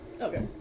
okay